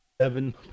seven